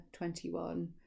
21